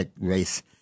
race